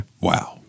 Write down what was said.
Wow